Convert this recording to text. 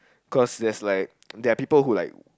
cause there's like there are people who like